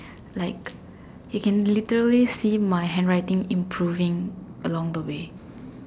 like you can literally see my handwriting improving along the way